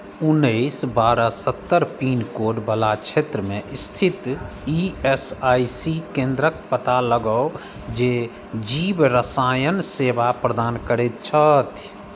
उन्नैस बारह सत्तरि पिनकोडवला क्षेत्रमे स्थित ई एस आई सी केन्द्रक पता लगाउ जे जीवरसायन सेवा प्रदान करैत छथि